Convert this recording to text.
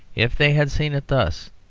if they had seen it thus,